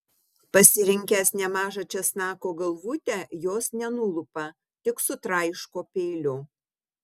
pasirinkęs nemažą česnako galvutę jos nenulupa tik sutraiško peiliu